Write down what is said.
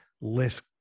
less